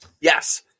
Yes